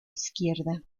izquierda